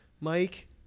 Mike